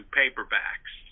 paperbacks